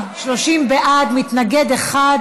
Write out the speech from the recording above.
התשע"ח